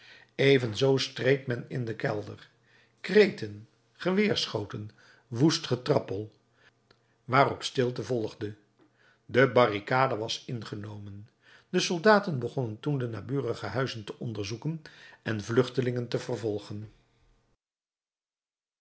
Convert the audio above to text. evenzoo streed men in den kelder kreten geweerschoten woest getrappel waarop stilte volgde de barricade was ingenomen de soldaten begonnen toen de naburige huizen te onderzoeken en de vluchtelingen te vervolgen